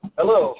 Hello